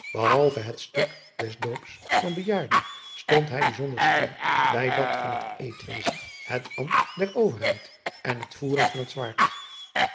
ehalve het stuk des oops van driaan oosjes zn et leven van illegonda uisman ejaarden stond hij bijzonder stil bij dat van het edzweren het ambt der verheid en het voeren van het waard